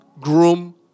groom